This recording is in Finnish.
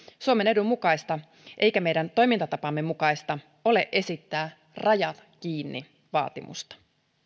suomen edun mukaista eikä meidän toimintatapamme mukaista esittää rajat kiinni vaatimusta